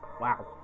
wow